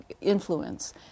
influence